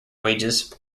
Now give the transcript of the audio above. wages